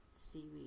seaweed